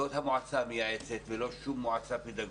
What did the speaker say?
לא את המועצה המייעצת, ולא שום מועצה פדגוגית.